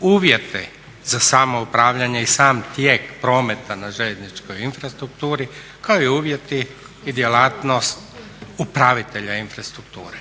uvjeti za samoupravljanje i sam tijek prometa na željezničkoj infrastrukturi kao i uvjeti i djelatnosti upravitelja infrastrukture.